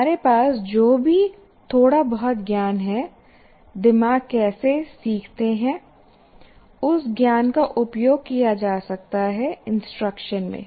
हमारे पास जो भी थोड़ा बहुत ज्ञान है दिमाग कैसे सीखते हैं उस ज्ञान का उपयोग किया जा सकता है इंस्ट्रक्शन में